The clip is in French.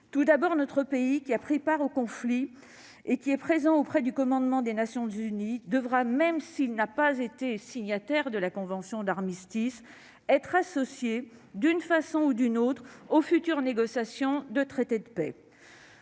Tout d'abord, notre pays, qui a pris part au conflit et qui est présent auprès du commandement des Nations unies, devra, même s'il n'a pas été signataire de la convention d'armistice, être associé d'une façon ou d'une autre aux futures négociations du traité de paix.